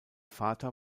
vater